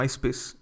MySpace